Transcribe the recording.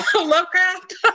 Lovecraft